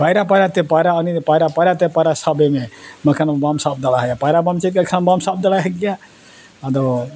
ᱯᱟᱭᱨᱟ ᱯᱟᱭᱨᱟ ᱛᱮ ᱯᱟᱭᱨᱟ ᱩᱱᱤ ᱯᱟᱭᱨᱟ ᱯᱟᱭᱨᱟ ᱛᱮ ᱯᱟᱭᱨᱟ ᱥᱚᱵᱮ ᱢᱮ ᱵᱟᱠᱷᱟᱱ ᱵᱟᱢ ᱥᱟᱵ ᱫᱟᱲᱮᱭᱟᱭᱟ ᱯᱟᱭᱨᱟ ᱵᱟᱢ ᱪᱮᱫ ᱠᱟᱜ ᱠᱷᱟᱱ ᱵᱟᱢ ᱥᱟᱵ ᱫᱟᱲᱮᱭᱟᱭ ᱜᱮᱭᱟ ᱟᱫᱚ